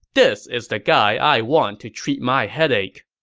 this is the guy i want to treat my headache.